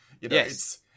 Yes